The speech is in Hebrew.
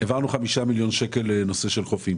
העברנו 5 מיליון שקלים לנושא של חופים.